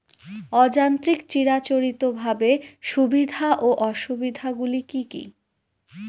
অযান্ত্রিক চিরাচরিতভাবে সুবিধা ও অসুবিধা গুলি কি কি?